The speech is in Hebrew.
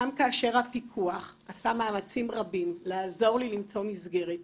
גם כאשר הפיקוח עשה מאמצים רבים לעזור לי למצוא מסגרת,